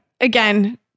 again